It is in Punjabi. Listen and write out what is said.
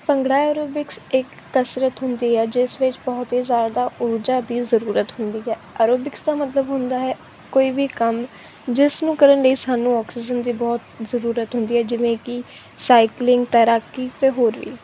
ਭੰਗੜਾ ਐਰੋਬਿਕਸ ਇਕ ਕਸਰਤ ਹੁੰਦੀ ਹੈ ਜਿਸ ਵਿੱਚ ਬਹੁਤ ਹੀ ਜ਼ਿਆਦਾ ਊਰਜਾ ਦੀ ਜ਼ਰੂਰਤ ਹੁੰਦੀ ਹੈ ਆਰੋਬਿਕਸ ਦਾ ਮਤਲਬ ਹੁੰਦਾ ਹੈ ਕੋਈ ਵੀ ਕੰਮ ਜਿਸ ਨੂੰ ਕਰਨ ਲਈ ਸਾਨੂੰ ਆਕਸੀਜਨ ਦੀ ਬਹੁਤ ਜ਼ਰੂਰਤ ਹੁੰਦੀ ਹੈ ਜਿਵੇਂ ਕਿ ਸਾਇਕਲਿੰਗ ਤੈਰਾਕੀ ਅਤੇ ਹੋਰ ਵੀ